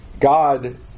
God